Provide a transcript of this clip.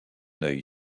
œil